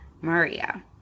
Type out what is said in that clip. Maria